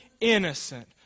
innocent